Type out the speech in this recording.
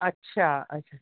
अच्छा अच्छा